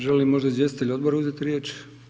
Želi li možda izvjestitelj odbora uzeti riječ?